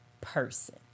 person